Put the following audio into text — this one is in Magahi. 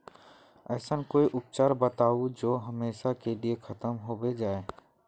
ऐसन कोई उपचार बताऊं जो हमेशा के लिए खत्म होबे जाए?